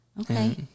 Okay